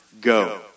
go